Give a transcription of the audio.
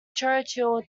churchill